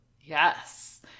Yes